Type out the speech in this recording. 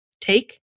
take